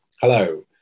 hello